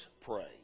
pray